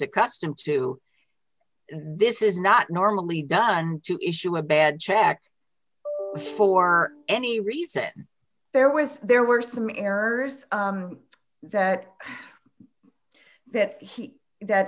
accustomed to this is not normally done to issue a bad check for any reason there was there were some errors that that he that